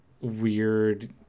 weird